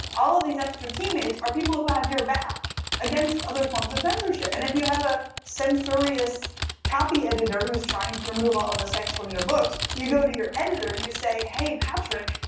all of these extra teammates are people who have your back against other forms of censorship, and if you have a censorious copy editor who's trying to remove all of the sex from your books, you go to your editor, and you say, hey, patrick,